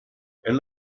and